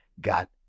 got